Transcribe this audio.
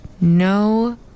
No